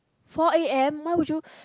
four A_M how would you